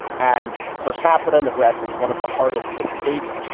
and per capita, nebraska is one of the hardest hit states.